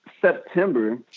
September